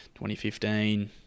2015